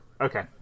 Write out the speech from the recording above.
Okay